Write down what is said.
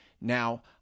Now